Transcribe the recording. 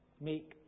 make